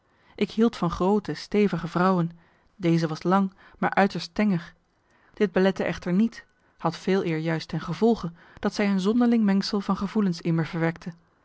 ik hield van groote stevige vrouwen deze was lang maar uiterst tenger dit belette echter niet had veeleer juist ten gevolge dat zij een zonderling mengsel van gevoelens in me verwekte